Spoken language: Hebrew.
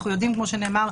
כמו שנאמר,